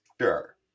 Sure